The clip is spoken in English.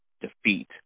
defeat